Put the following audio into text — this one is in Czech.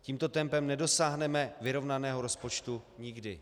Tímto tempem nedosáhneme vyrovnaného rozpočtu nikdy.